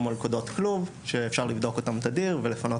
כמו מלכודות כלוב שאפשר לבדוק אותן תדיר ולפנות